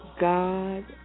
God